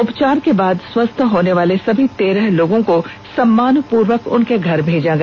उपचार के बाद स्वस्थ होनेवाले सभी तेरह लोगों को सम्मान पूर्वक उनके घर भेजा गया